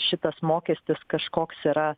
šitas mokestis kažkoks yra